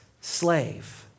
slave